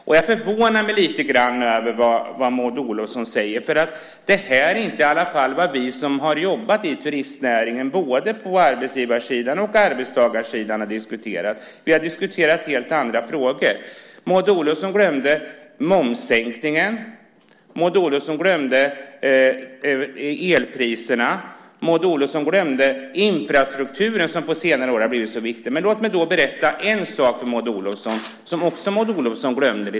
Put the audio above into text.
Det som Maud Olofsson säger förvånar mig lite grann eftersom detta inte är vad vi som har jobbat inom turistnäringen, både på arbetsgivarsidan och på arbetstagarsidan, har diskuterat. Vi har diskuterat helt andra frågor. Maud Olofsson glömde momssänkningen. Maud Olofsson glömde elpriserna. Maud Olofsson glömde infrastrukturen som på senare år har blivit så viktig. Låt mig då berätta en sak för Maud Olofsson som hon också glömde.